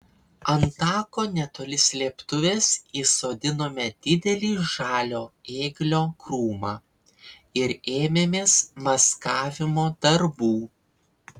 ant tako netoli slėptuvės įsodinome didelį žalio ėglio krūmą ir ėmėmės maskavimo darbų